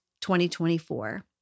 2024